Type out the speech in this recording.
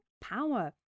power